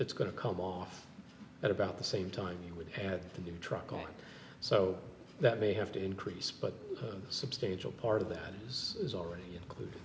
that's going to come off at about the same time you would have a new truck on so that may have to increase but substantial part of that news is already include